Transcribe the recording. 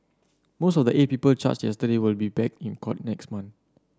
most of the eight people charged yesterday will be back in court next month